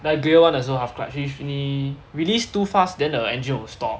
like gear one 的时候 half clutch if 你 release too fast then the engine will stop